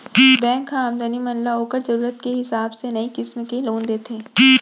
bank ह आदमी मन ल ओकर जरूरत के हिसाब से कई किसिम के लोन देथे